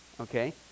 okay